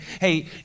hey